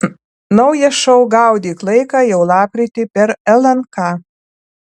naujas šou gaudyk laiką jau lapkritį per lnk